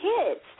kids